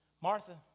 Martha